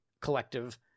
Collective